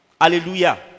Hallelujah